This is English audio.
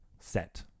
Set